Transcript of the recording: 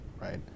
right